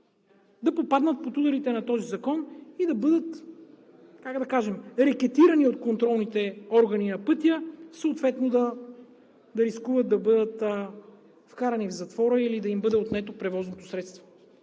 да попаднат под ударите на този закон и да бъдат, как да кажа, рекетирани от контролните органи на пътя, съответно да рискуват да бъдат вкарани в затвора или да им бъде отнето превозното средство.